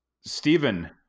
Stephen